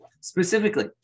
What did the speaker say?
Specifically